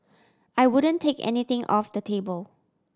I wouldn't take anything off the table